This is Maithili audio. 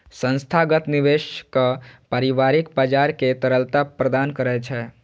संस्थागत निवेशक व्यापारिक बाजार कें तरलता प्रदान करै छै